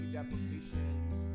Applications